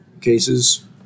cases